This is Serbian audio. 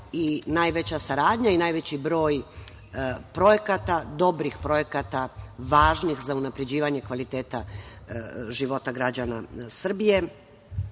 i najveća saradnja i najveći broj projekata, dobrih projekata važnih za unapređivanje kvaliteta života građana Srbije,